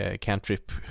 cantrip